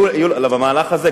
במהלך הזה,